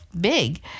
big